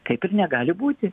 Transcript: kaip ir negali būti